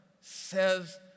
says